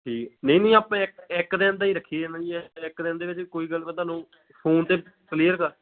ਠੀਕ ਨਹੀਂ ਨਹੀਂ ਆਪਣੇ ਇਕ ਇੱਕ ਦਿਨ ਦਾ ਹੀ ਰੱਖੀਏ ਹੈ ਨਾ ਜੀ ਇਕ ਇੱਕ ਦਿਨ ਦੇ ਵਿੱਚ ਕੋਈ ਗੱਲ ਮੈਂ ਤੁਹਾਨੂੰ ਫੋਨ 'ਤੇ ਕਲੀਅਰ ਕਰ